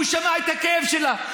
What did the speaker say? והוא שמע את הכאב שלה.